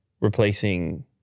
replacing